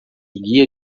guia